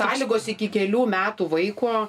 sąlygos iki kelių metų vaiko